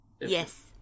Yes